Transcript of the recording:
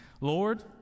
Lord